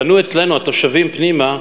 בנו אצלנו התושבים פנימה